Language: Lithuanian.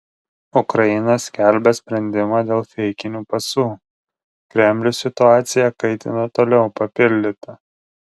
ukraina skelbia sprendimą dėl feikinių pasų kremlius situaciją kaitina toliau papildyta